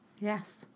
Yes